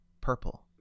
Purple